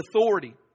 authority